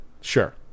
Sure